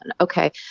Okay